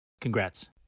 Congrats